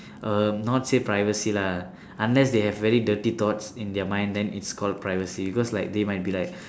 um not say privacy lah unless they have very dirty thoughts in their mind then it's called privacy because like they might be like